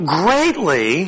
greatly